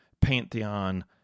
pantheon